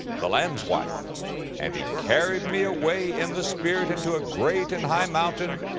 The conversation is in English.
the lamb's wife and he carried me away in the spirit into a great and high mountain,